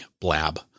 Blab